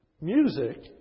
Music